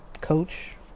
Coach